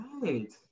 Right